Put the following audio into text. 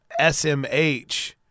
SMH